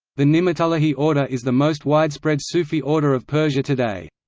the ni'matullahi order is the most widespread sufi order of persia today.